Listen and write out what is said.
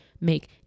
make